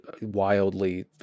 wildly